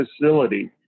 facility